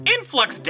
Influx